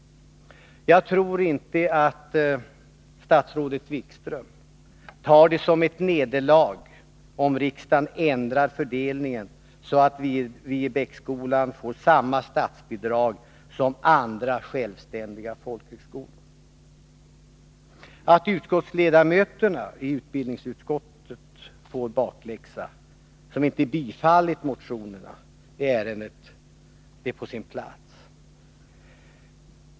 Jag tror inte att statsrådet Wikström tar det som ett nederlag om riksdagen ändrar fördelningen så att Viebäcksskolan får samma statsbidrag som andra självständiga folkhögskolor. Att ledamöterna av utbildningsutskottet, som inte tillstyrkt motionerna i ärendet, får en bakläxa är på sin plats.